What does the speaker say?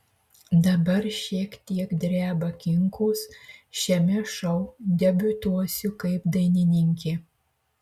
dabar šiek tiek dreba kinkos šiame šou debiutuosiu kaip dainininkė